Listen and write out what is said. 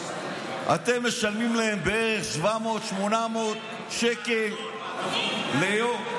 שאתם משלמים להם בערך 700, 800 שקל ליום.